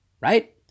right